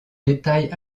détails